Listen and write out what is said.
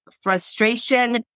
frustration